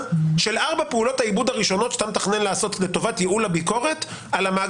ועובדה שאתה מצליח להגיע רק למעט